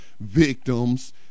victims